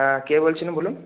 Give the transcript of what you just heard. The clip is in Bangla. হ্যাঁ কে বলছিলেন বলুন